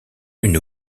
une